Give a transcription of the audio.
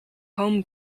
home